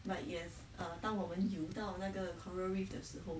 but yes err 当我们游到那个 coral reef 的时候